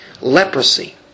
Leprosy